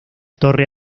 torre